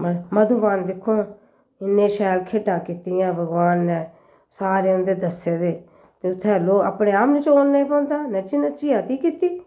मधुबन दिक्खो आं इ'न्नी शैल खेढां कीतियां भगवान नै सारे उंदे दस्से दे ते उत्थें अपने आप नचोन लग्गी पौंदा नच्ची नच्चियै अती कीती